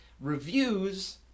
Reviews